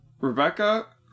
Rebecca